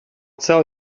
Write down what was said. tell